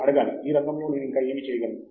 మీరు అడగాలి ఈ రంగం లో ఇంకా నేను ఏమి చేయగలను